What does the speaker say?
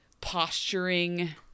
posturing